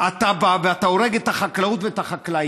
אתה בא ואתה הורג את החקלאות והחקלאים.